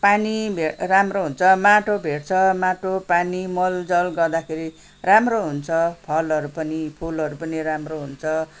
पानी राम्रो हुन्छ माटो भेट्छ माटो पानी मल जल गर्दाखेरि राम्रो हुन्छ फलहरू पनि फुलहरू पनि राम्रो हुन्छ